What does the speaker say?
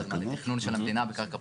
הזמן עם תכנון של המדינה בקרקע פרטית.